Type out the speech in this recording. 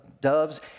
doves